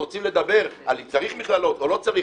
רוצים לדבר על צריך מכללות או לא צריך,